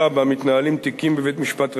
שבה מתנהלים תיקים בבית-משפט רגיל,